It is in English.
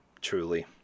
truly